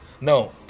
No